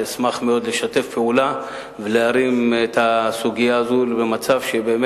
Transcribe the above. אשמח מאוד לשתף פעולה ולהרים את הסוגיה הזאת למצב שכל